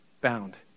bound